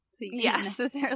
Yes